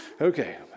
Okay